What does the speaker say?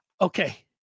Okay